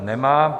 Nemá.